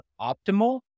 optimal